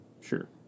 Sure